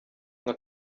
nka